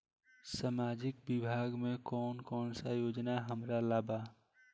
सामाजिक विभाग मे कौन कौन योजना हमरा ला बा?